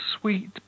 sweet